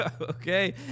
Okay